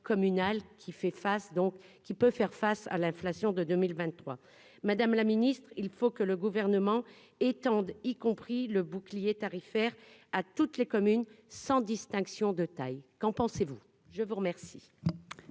donc qui peut faire face à l'inflation de 2023, madame la ministre, il faut que le gouvernement étende y compris le bouclier tarifaire à toutes les communes, sans distinction de taille, qu'en pensez-vous je vous remercie.